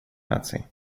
наций